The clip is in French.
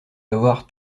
avoir